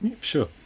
Sure